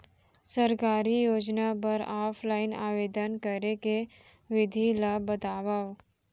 सरकारी योजना बर ऑफलाइन आवेदन करे के विधि ला बतावव